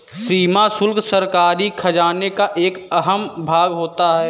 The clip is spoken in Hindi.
सीमा शुल्क सरकारी खजाने का एक अहम भाग होता है